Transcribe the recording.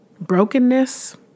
Brokenness